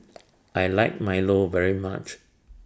I like Milo very much